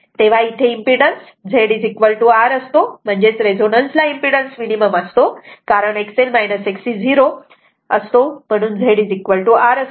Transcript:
तेव्हा इथे impedance Z R असतो म्हणजेच रेझोनन्स ला इम्पीडन्स मिनिमम असतो कारण XL XC 0 म्हणून Z R असतो